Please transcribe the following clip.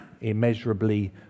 Immeasurably